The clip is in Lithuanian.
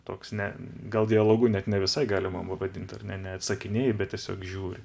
toks ne gal dialogu net ne visai galima pavadint ar ne ne neatsakinėji bet tiesiog žiūri